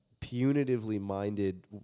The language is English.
punitively-minded